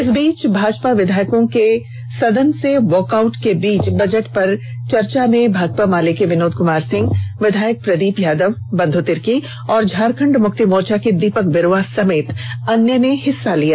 इस बीच भाजपा विधायकों के सदन से वॉकआउट के बीच बजट में पर चर्चा में भाकपा माले के विनोद कुमार सिंह विधायक प्रदीप यादव बंधु तिर्की और झारखंड मुक्ति मोर्चा के दीपक बिरुआ समेत अन्य ने हिेस्सा लिया